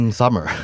summer